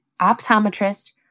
optometrist